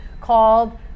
called